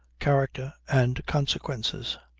character and consequences.